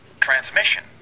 transmission